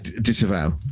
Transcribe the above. disavow